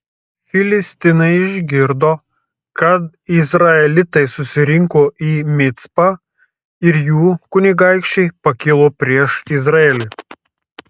filistinai išgirdo kad izraelitai susirinko į micpą ir jų kunigaikščiai pakilo prieš izraelį